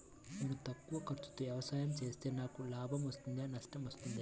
నేను తక్కువ ఖర్చుతో వ్యవసాయం చేస్తే నాకు లాభం వస్తుందా నష్టం వస్తుందా?